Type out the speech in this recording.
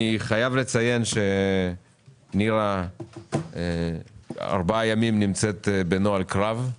אני חייב לציין שנירה שפק נמצאת ארבעה ימים בנוהל קרב,